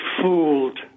fooled